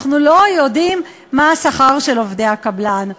אנחנו לא יודעים מה השכר של עובדי הקבלן.